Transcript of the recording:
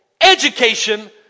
education